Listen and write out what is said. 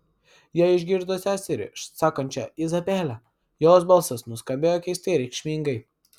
ji išgirdo seserį sakančią izabele jos balsas nuskambėjo keistai reikšmingai